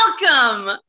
welcome